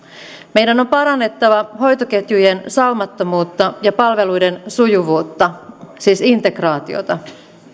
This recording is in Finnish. meidän on parannettava hoitoketjujen saumattomuutta ja palveluiden sujuvuutta siis integraatiota